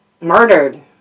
murdered